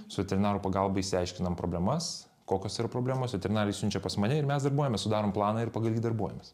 su veterinarų pagalba išsiaiškinam problemas kokios yra problemos veterinarai siunčia pas mane ir mes darbuojamės sudarom planą ir pagal jį darbuojamės